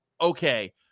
okay